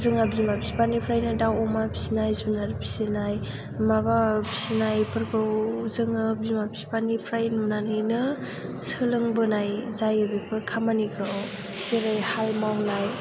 जोङो बिमा बिफानिफ्रायनो दाउ अमा फिसिनाय जुनार फिसिनाय माबा फिसिनाय बेफोरखौ जोङो बिमा बिफानिफ्राय नुनानैनो सोलोंबोनाय जायो बेफोर खामानिखौ जेरैहाय मावनाय